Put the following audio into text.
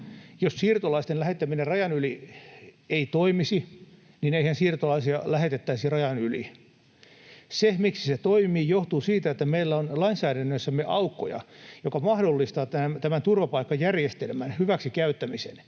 Jos siirtolaisten lähettäminen rajan yli ei toimisi, niin eihän siirtolaisia lähetettäisi rajan yli. Se, miksi se toimii, johtuu siitä, että meillä on lainsäädännössämme aukkoja, jotka mahdollistavat tämän turvapaikkajärjestelmän hyväksikäyttämisen.